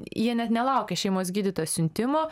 jie net nelaukia šeimos gydytojo siuntimo